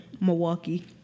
Milwaukee